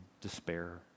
despair